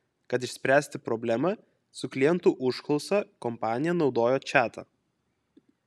kad išspręsti problemą su klientų užklausa kompanija naudoja čatą